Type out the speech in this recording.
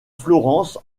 florence